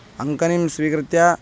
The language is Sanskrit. अङ्कनीं स्वीकृत्य